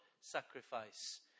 sacrifice